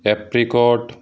apricot